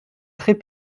très